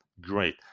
great